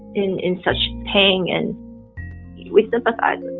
in in such pain. and we sympathized with